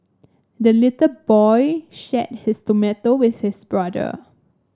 the little boy shared his tomato with his brother